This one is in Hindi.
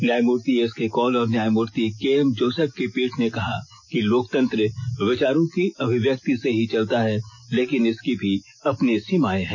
न्यायमूर्ति एस के कौल और न्यायमूर्ति के एम जोसेफ की पीठ ने कहा कि लोकतंत्र विचारों की अभिव्यक्ति से ही चलता है लेकिन इसकी भी अपनी सीमाएं हैं